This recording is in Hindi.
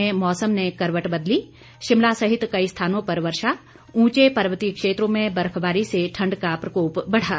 और प्रदेश में मौसम ने करवट बदली शिमला सहित कई स्थानों पर वर्षा ऊंचे पर्वतीय क्षेत्रों में बर्फबारी से ठंड का प्रकोप बढ़ा